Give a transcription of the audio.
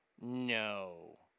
No